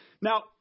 Now